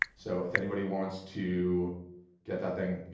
so if anybody wants to get that thing,